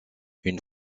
une